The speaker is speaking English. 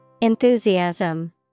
Enthusiasm